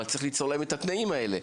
אבל צריך ליצור להם את התנאים האלה,